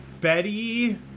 Betty